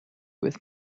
with